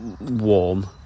warm